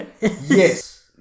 Yes